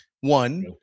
One